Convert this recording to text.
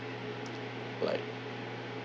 like